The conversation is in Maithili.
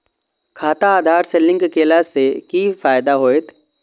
खाता आधार से लिंक केला से कि फायदा होयत?